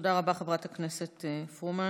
תודה רבה, חברת הכנסת פרומן.